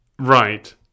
Right